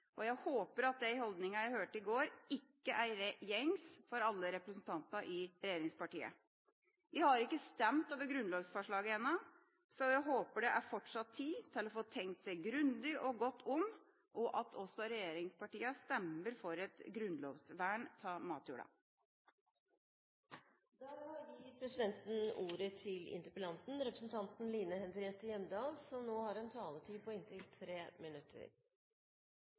og jeg håper at de holdningene jeg hørte i går, ikke er gjengs for alle representantene i regjeringspartiene. Vi har ikke stemt over grunnlovsforslaget ennå, så jeg håper det fortsatt er tid til å få tenkt seg grundig og godt om, og at også regjeringspartiene stemmer for et grunnlovsvern av matjorda.